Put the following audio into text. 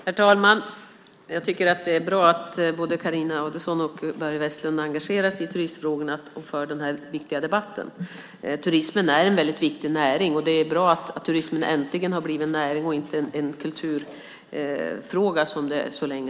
Herr talman! Det är bra att både Carina Adolfsson Elgestam och Börje Vestlund engagerar sig i turistfrågorna och för den här viktiga debatten. Turismen är en väldigt viktig näring. Det är bra att turismen äntligen har blivit en näring. Den har ju så länge varit en kulturfråga.